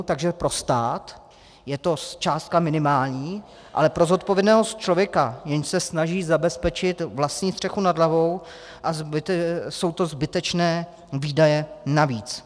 Takže pro stát je to částka minimální, ale pro zodpovědného člověka, jenž se snaží zabezpečit vlastní střechu nad hlavou, jsou to zbytečné výdaje navíc.